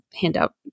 handout